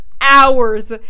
hours